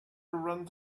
around